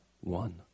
one